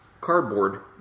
Cardboard